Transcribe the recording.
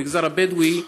למגזר הבדואי,